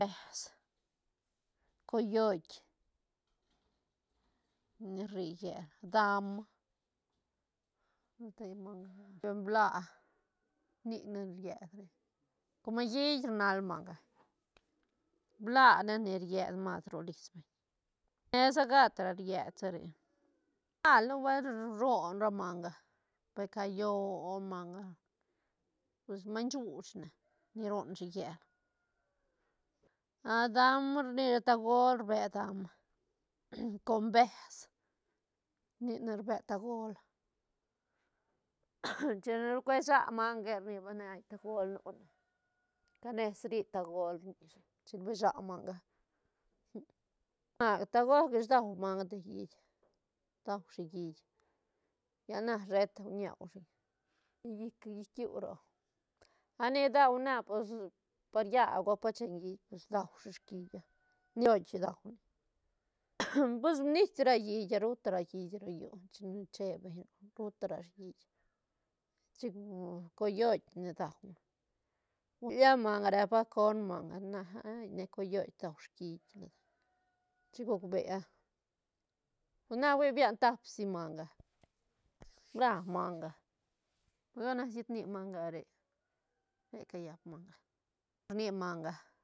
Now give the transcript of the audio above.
Besh coyoit ni rri llel dam te manga gan blaal nic nac ni ried re com hiit rinal manga blaal nac ni riet mas ru ro lis beñ nesa gac ra riet sa re nubuelt ron ra manga pe callon manga pues maiñ shuuch ne ni ron shi llel a dam rni ne tagol rbe dam con besh ni ne rbe tagol chine cuesha manga que rni beñ hay tagol nu ne canes rri tagol rni shi chin rbecha manga na tagola ish dau maga te hiit dau shi hiit lla na sheta ñeu llic- llic llu roc ani dau na pus paria gopa chen hiit pues daushi hiita coyoit daune pues nit ra hiit ruta ra hiit ro llu chin che beñ ru ta ra sh- hiit chic coyoit ne duane hulia manga repa con manga na hay ne coyoit dau hiit ne chic guc bea, pues na hui bian tap si manga bra manga nica na siet ni manga re- re callap manga ni manga